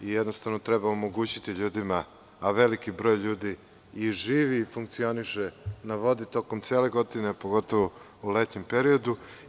Jednostavno, treba omogućiti ljudima, a veliki broj ljudi i živi i funkcioniše na vodi tokom cele godine, pogotovo u letnjem periodu.